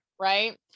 Right